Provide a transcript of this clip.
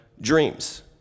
dreams